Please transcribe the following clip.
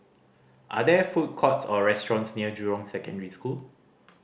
are there food courts or restaurants near Jurong Secondary School